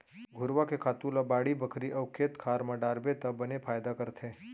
घुरूवा के खातू ल बाड़ी बखरी अउ खेत खार म डारबे त बने फायदा करथे